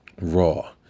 Raw